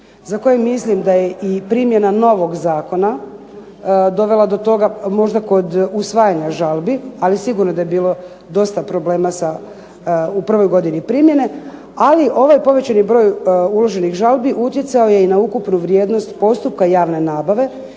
za koje mislim da je i primjena novog zakona dovela do toga možda kod usvajanja žalbi, ali sigurno da je bilo dosta problema sa u prvoj godini primjene, ali ovaj povećani broj uloženih žalbi utjecao je i na ukupnu vrijednost postupka javne nabave